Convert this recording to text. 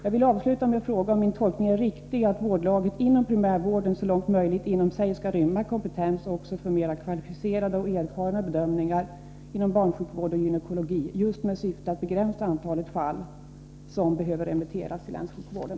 Jag vill avsluta med att fråga om min tolkning är riktig, att vårdlaget inom primärvården så långt möjligt inom sig skall rymma kompetens också för mera kvalificerade och erfarna bedömningar inom barnsjukvård och gynekologi, just med syfte att begränsa antalet fall som behöver remitteras till länssjukvården.